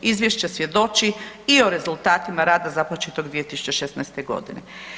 Izvješće svjedoči i o rezultatima rada započetog 2016. godine.